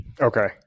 Okay